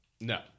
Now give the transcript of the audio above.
No